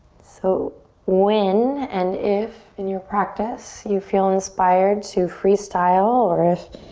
so when and if in your practice you feel inspired to freestyle or if